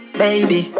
baby